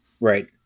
Right